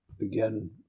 Again